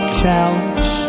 couch